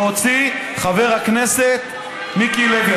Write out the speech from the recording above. להוציא חבר הכנסת מיקי לוי.